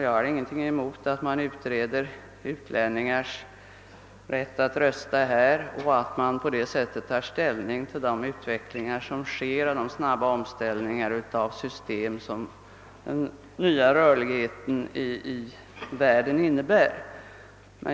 Jag har ingenting emot att man utreder utlänningars rätt att rösta här och att man på det sättet tar ställning till den utveckling som sker och den snabba omställning som den nya rörligheten i världen innebär.